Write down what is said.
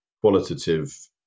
qualitative